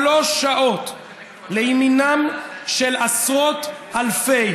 לימינם של עשרות אלפי